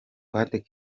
buri